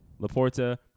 Laporta